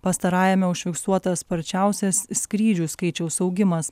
pastarajame užfiksuotas sparčiausias skrydžių skaičiaus augimas